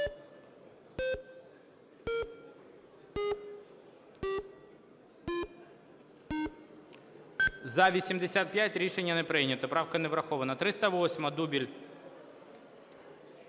За-85 Рішення не прийнято. Правка не врахована. 308-а, Дубіль.